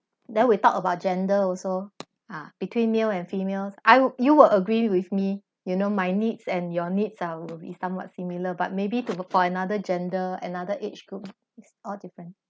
then we talk about gender also ah between male and female I you will agree with me you know my needs and your needs are will be somewhat similar but maybe to for another gender another age groups all different